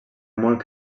molt